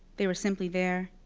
they were simply there,